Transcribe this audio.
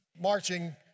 marching